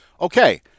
Okay